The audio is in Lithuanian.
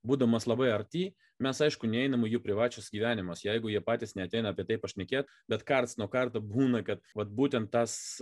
būdamas labai arti mes aišku neinam į jų privačius gyvenimas jeigu jie patys neateina apie tai pašnekėt bet karts nuo karto būna kad vat būtent tas